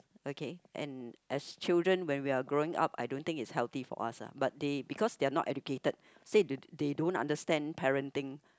okay and as children when we are growing up I don't think it's healthy for us ah but they because they are not educated say they they don't understand parenting